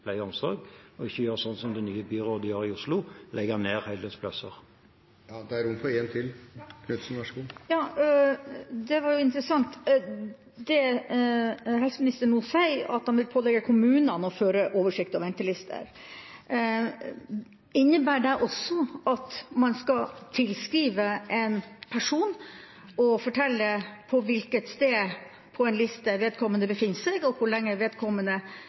og omsorg – og ikke gjøre sånn som det nye byrådet gjør i Oslo: legge ned heldøgnsplasser. Det var interessant, det helseministeren nå sa, at han vil pålegge kommunene å føre oversikt over ventelister. Innebærer det også at man skal tilskrive en person og fortelle på hvilket sted på en liste vedkommende befinner seg, og hvor lenge vedkommende